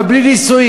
אבל בלי נישואים?